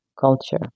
culture